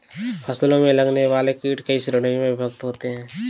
फसलों में लगने वाले कीट कई श्रेणियों में विभक्त होते हैं